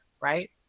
right